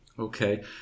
Okay